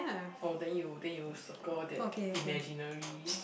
oh then you then you circle that imaginary